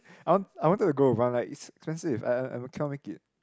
I want I wanted to go but like it's expensive I I I cannot make it